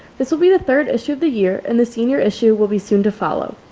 this will be the third issue of the year and the senior issue will be soon to follow.